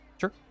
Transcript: Sure